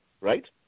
right